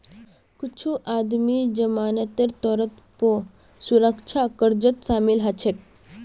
कुछू आदमी जमानतेर तौरत पौ सुरक्षा कर्जत शामिल हछेक